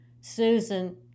Susan